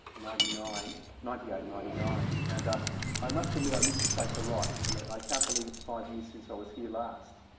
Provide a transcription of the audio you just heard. ninety nine ninety eight, ninety nine. and i must admit i miss the place a lot. and i can't believe it's five years since i was here last.